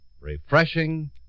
refreshing